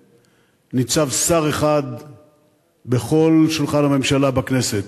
ניצב שר אחד בכל שולחן הממשלה בכנסת.